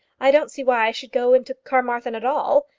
i don't see why i should go into carmarthen at all,